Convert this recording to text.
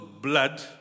blood